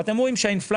אתם רואים שהאינפלציה,